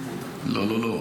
--- לא לא לא.